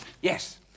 Yes